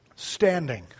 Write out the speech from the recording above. standing